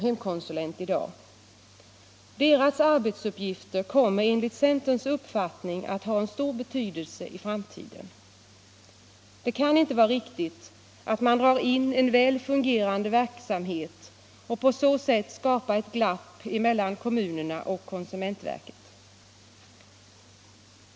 Hemkonsulenternas arbetsuppgifter kommer enligt centerns uppfattning att ha stor betydelse i framtiden. Det kan inte vara riktigt att dra in en väl fungerande verksamhet och på så sätt skapa ett glapp mellan kommunerna och konsumentverket.